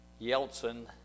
Yeltsin